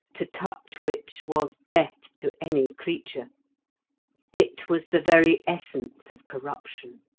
to touch which was death to any creature it was the very essence of corruption.